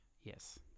Yes